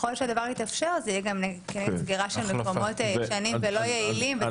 שככל שהדבר יתאפשר אז גם תהיה סגירה של מקומות ישנים ולא יעילים.